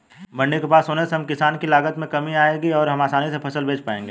मंडी के पास होने से हम किसान की लागत में कमी आएगी और हम आसानी से फसल बेच पाएंगे